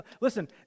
Listen